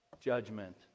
judgment